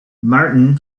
martin